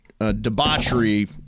debauchery